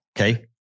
Okay